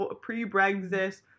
pre-Brexit